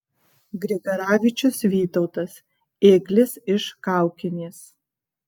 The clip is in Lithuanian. grigaravičius vytautas ėglis iš kaukinės